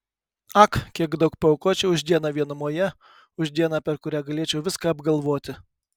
ak kiek daug paaukočiau už dieną vienumoje už dieną per kurią galėčiau viską apgalvoti